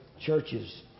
churches